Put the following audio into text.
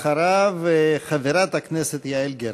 אחריו, חברת הכנסת יעל גרמן.